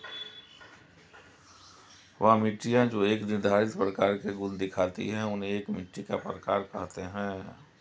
वह मिट्टियाँ जो एक निर्धारित प्रकार के गुण दिखाती है उन्हें एक मिट्टी का प्रकार कहते हैं